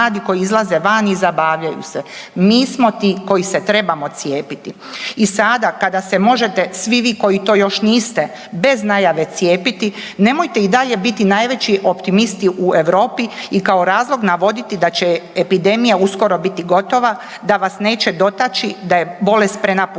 I sada kada se možete svi vi koji to još niste bez najave cijepiti, nemojte i dalje biti najveći optimisti u Europi i kao razlog navoditi da će epidemija uskoro biti gotova, da vas neće dotaći, da je bolest prenapuhana.